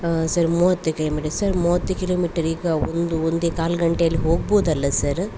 sir ಮೂವತ್ತು kilometre sir ಮೂವತ್ತು kilometre ಈಗ ಒಂದು ಒಂದೇ ಕಾಲು ಗಂಟೆಯಲ್ಲಿ ಹೋಗ್ಬೋದಲ್ಲಾ ಸರ